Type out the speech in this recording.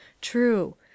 true